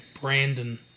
Brandon